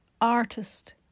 artist